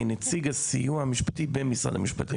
אני נציג הסיוע המשפטי במשרד המשפטים.